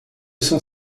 sont